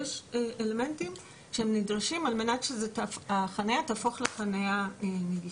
יש אלמנטים שנדרשים על מנת שהחניה תהפוך לחניה נגישה.